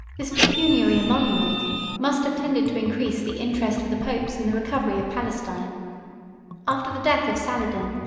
this pecuniary emolument must have tended to increase the interest of the popes in the recovery of palestine after the death of saladin,